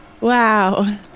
Wow